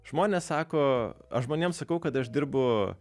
žmonės sako aš žmonėm sakau kad aš dirbu